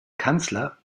kanzler